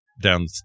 down